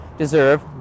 deserve